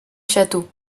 château